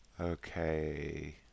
okay